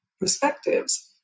perspectives